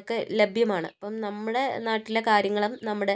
ഒക്കെ ലഭ്യമാണ് അപ്പം നമ്മുടെ നാട്ടിലെ കാര്യങ്ങളും നമ്മുടെ